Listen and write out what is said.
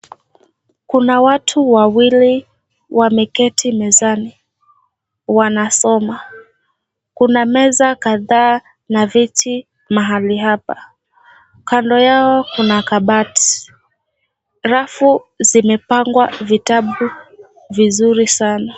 Kuna watu wawili wameketi mezani, wanasoma. Kuna meza kadhaa na viti mahali hapa. Kando yao kuna kabati. Rafu zimepangwa vitabu vizuri sana.